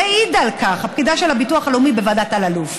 הרי העידה על כך הפקידה של ביטוח לאומי בוועדת אלאלוף,